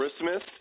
Christmas